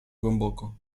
głęboko